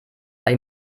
weil